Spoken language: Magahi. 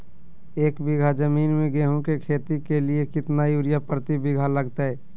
एक बिघा जमीन में गेहूं के खेती के लिए कितना यूरिया प्रति बीघा लगतय?